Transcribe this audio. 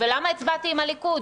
ולמה הצבעת עם הליכוד?